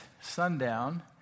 sundown